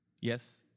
Yes